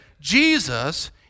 Jesus